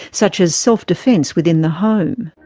such as self-defence within the home.